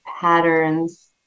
patterns